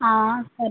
సరే